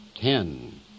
Ten